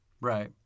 Right